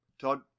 Todd